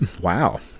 Wow